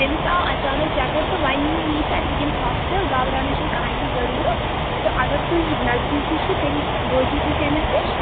تٔمس آو اچانک چَکرتہٕ وۄنۍ نی سۄ اَسہِ وٕنکٮ۪نس ہاسپِٹل تہٕ گابراونٕچ چھنہٕ کہٕنۍ تہِ ضروٗرت تہٕ اگر تُہۍ نَزدیٖکی چھو تہٕ تیلہِ وٲتِو تُہۍ تٔمس نِش